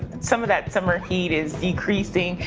some of that summer heat is decreasing,